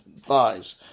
thighs